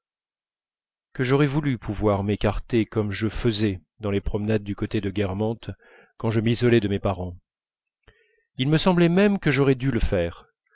que j'aurais voulu pouvoir m'écarter comme je faisais dans les promenades du côté de guermantes quand je m'isolais de mes parents il me semblait même que j'aurais dû le faire